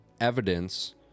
evidence